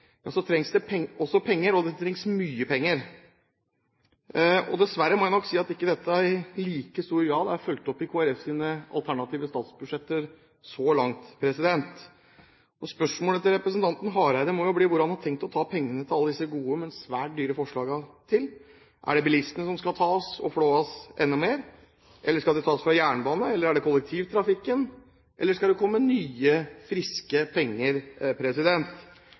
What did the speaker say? det også penger, og det trenges mye penger. Dessverre må jeg nok si at ikke dette i like stor grad er fulgt opp i Kristelig Folkepartis alternative statsbudsjetter så langt. Spørsmålet til representanten Hareide må bli hvor han har tenkt å ta pengene til alle disse gode, men svært dyre forslagene fra. Er det bilistene som skal tas og flås enda mer, eller skal det tas fra jernbane, eller er det kollektivtrafikken, eller skal det komme nye, friske penger?